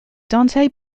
dante